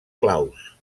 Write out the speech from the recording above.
claus